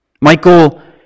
Michael